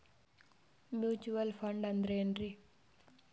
Mutual fund ಅಂದ್ರೆನ್ರಿ?